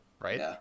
right